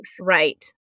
Right